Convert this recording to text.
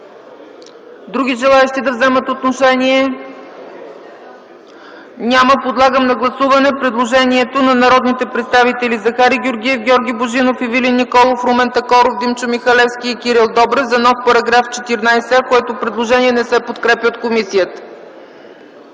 Други желаещи да вземат отношение? Няма. Подлагам на гласуване предложението на народните представители Захари Георгиев, Георги Божинов, Ивелин Николов, Румен Такоров, Димчо Михалевски и Кирил Добрев за нов § 14а, което не се подкрепя от комисията.